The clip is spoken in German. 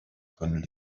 von